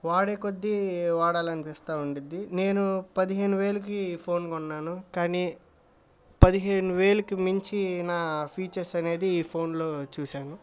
వాడే కొద్ది వాడాలనిపిస్తా ఉండిద్ది నేను పదిహేను వేలుకి ఈ ఫోన్ కొన్నాను కానీ పదిహేను వేలుకి మించి న ఫీచర్స్ అనేది ఈ ఫోన్లో చూశాను